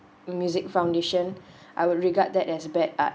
music foundation I would regard that as bad art